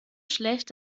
schlecht